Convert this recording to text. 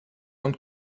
und